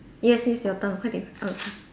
yes yes your turn 快点 err